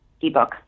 ebook